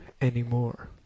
anymore